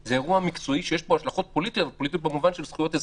זה אירוע מקצועי שיש לו השלכות פוליטיות במובן של זכויות אזרחיות.